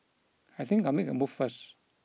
I think I'll make a move first